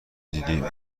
دیدی